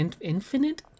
infinite